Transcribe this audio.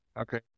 Okay